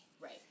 Right